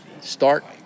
start